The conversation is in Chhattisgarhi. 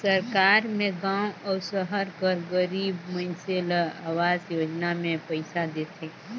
सरकार में गाँव अउ सहर कर गरीब मइनसे ल अवास योजना में पइसा देथे